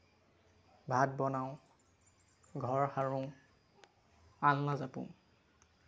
ভাত বনাওঁ ঘৰ সাৰোঁ আলনা জাপোঁ